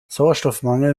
sauerstoffmangel